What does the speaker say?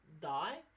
die